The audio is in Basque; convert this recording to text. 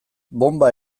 bonba